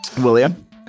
William